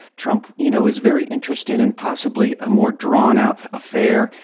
trump, you know, is very interested in possibly a more drawn-out affair.